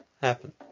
happen